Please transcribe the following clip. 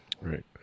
right